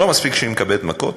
לא מספיק שהיא מקבלת מכות,